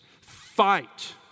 Fight